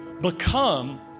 Become